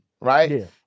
right